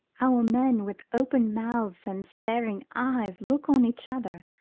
our men, with open mouths and staring eyes, look on each other,